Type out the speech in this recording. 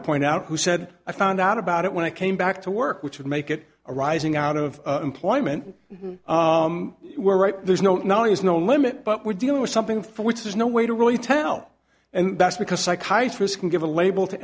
to point out who said i found out about it when i came back to work which would make it arising out of employment we're right there's no knowledge is no limit but we're dealing with something for which there's no way to really tell and that's because psychiatry can give a label to